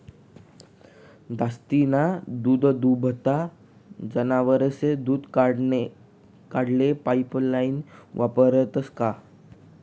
जास्तीना दूधदुभता जनावरेस्नं दूध काढाले पाइपलाइन वापरतंस का?